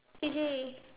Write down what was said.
D_J